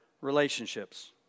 relationships